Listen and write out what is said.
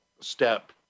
step